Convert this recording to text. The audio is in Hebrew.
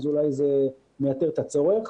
אז אולי זה מייתר את הצורך.